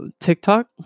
TikTok